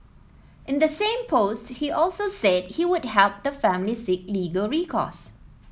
in the same post he also said he would help the family seek legal recourse